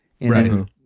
Right